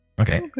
Okay